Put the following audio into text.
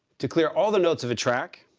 to clear all the notes of a track,